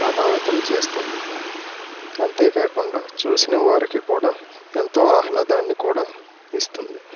ప్రభావితం చేస్తుంది అంతే కాకుండా చూసిన వారికి కూడా ఎంతో ఆహ్లాదాన్ని కూడా ఇస్తుంది